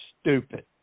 stupid